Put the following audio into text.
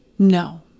No